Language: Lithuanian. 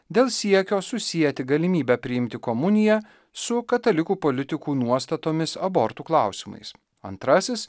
dėl siekio susieti galimybę priimti komuniją su katalikų politikų nuostatomis abortų klausimais antrasis